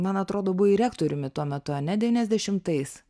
man atrodo buvai rektoriumi tuo metu ane devyniasdešimtais